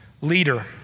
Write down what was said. leader